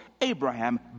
Abraham